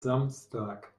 samstag